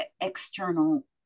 external